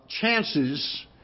chances